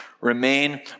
Remain